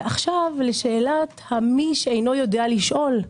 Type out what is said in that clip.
ועכשיו לשאלת מי שאינו יודע לשאול.